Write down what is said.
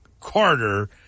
Carter